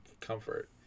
comfort